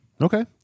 Okay